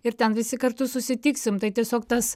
ir ten visi kartu susitiksim tai tiesiog tas